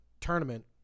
tournament